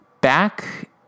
back